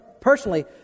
personally